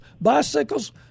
Bicycles